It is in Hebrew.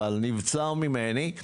אבל נבצר ממני.